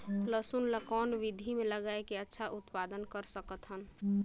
लसुन ल कौन विधि मे लगाय के अच्छा उत्पादन कर सकत हन?